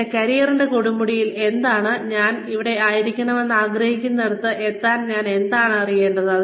എന്റെ കരിയറിന്റെ കൊടുമുടിയിൽ എത്താൻ ഞാൻ എവിടെ ആയിരിക്കണമെന്ന് ആഗ്രഹിക്കുന്നിടത്ത് എത്താൻ ഞാൻ എന്താണ് അറിയേണ്ടത്